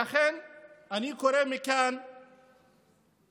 לכן אני קורא מכאן להפסיק